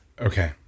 Okay